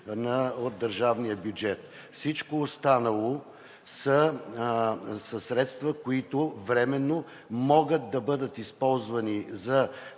от държавния бюджет. Всичко останало са средства, които временно могат да бъдат използвани за